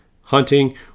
hunting